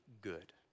good